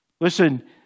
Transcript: Listen